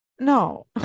No